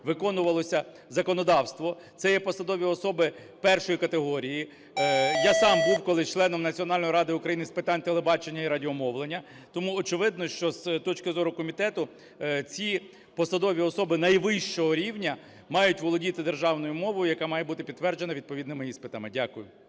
виконувалося законодавство, це є посадові особи першої категорії. Я сам був колись членом Національної ради України з питань телебачення і радіомовлення, тому очевидно, що з точки зору комітету ці посадові особи найвищого рівня мають володіти державною мовою, яка має бути підтверджена відповідними іспитами. Дякую.